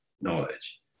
knowledge